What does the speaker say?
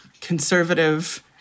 conservative